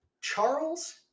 Charles